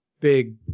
big